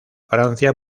francia